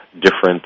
different